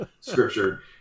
scripture